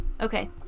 Okay